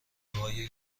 آرزوهای